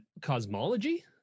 cosmology